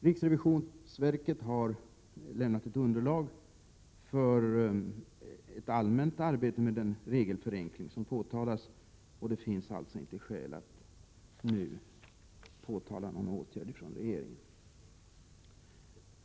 Riksrevisionsverket har lämnat ett underlag för ett allmänt arbete med den regelförenkling som förordas, och det finns alltså inte skäl att nu begära någon åtgärd från regeringen.